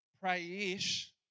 pray-ish